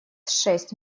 шесть